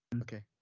Okay